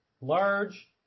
large